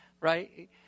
Right